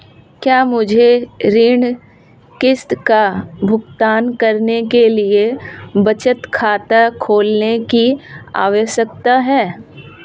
क्या मुझे ऋण किश्त का भुगतान करने के लिए बचत खाता खोलने की आवश्यकता है?